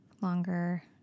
longer